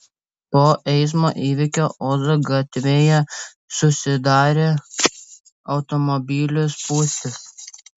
po eismo įvykio ozo gatvėje susidarė automobilių spūstys